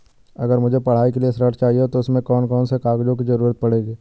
अगर मुझे पढ़ाई के लिए ऋण चाहिए तो उसमें कौन कौन से कागजों की जरूरत पड़ेगी?